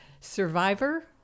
Survivor